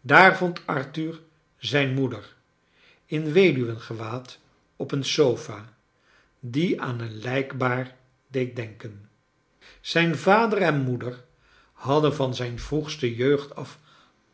daar vond arthur zijn moeder in weduwengewaad op een sofa die aan een lijkbaar deed denken zijn vader en moeder hadden van zijn vroegste jeugd af